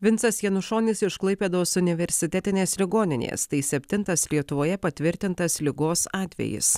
vincas janušonis iš klaipėdos universitetinės ligoninės tai septintas lietuvoje patvirtintas ligos atvejis